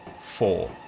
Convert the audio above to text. four